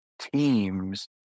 teams